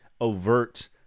overt